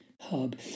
Hub